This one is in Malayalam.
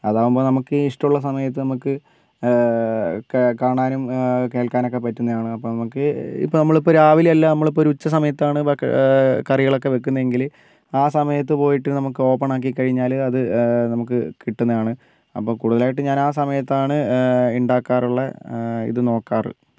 അതാവുമ്പോൾ നമുക്ക് ഇഷ്ട്ടമുള്ള സമയത്ത് നമുക്ക് കാണാനും കേൾക്കാനും ഒക്കെ പറ്റുന്നതാണ് അപ്പം നമുക്ക് നമ്മളിപ്പോൾ രാവിലെയല്ല നമ്മളിപ്പോൾ ഉച്ചസമയത്താണ് കറികളൊക്കെ വെക്കുന്നത് എങ്കിൽ ആ സമയത്ത് പോയിട്ട് നമുക്ക് ഓപ്പണാക്കി കഴിഞ്ഞാൽ അത് നമുക്ക് കിട്ടുന്നതാണ് അപ്പം കൂടുതലായിട്ട് ഞാൻ ആ സമയത്താണ് ഉണ്ടാക്കാറുള്ളത് ഇത് നോക്കാറ്